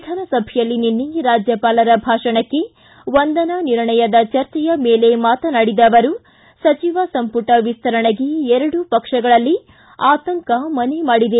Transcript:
ವಿಧಾನಸಭೆಯಲ್ಲಿ ನಿನ್ನೆ ರಾಜ್ಯಪಾಲರ ಭಾಷಣಕ್ಕೆ ವಂದನಾ ನಿರ್ಣಯದ ಚರ್ಚೆಯ ಮೇಲೆ ಮಾತನಾಡಿದ ಅವರು ಸಚಿವ ಸಂಪುಟ ವಿಸ್ತರಣೆಗೆ ಎರಡೂ ಪಕ್ಷಗಳಲ್ಲಿ ಆತಂಕ ಮನೆ ಮಾಡಿದೆ